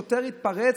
שוטר התפרץ,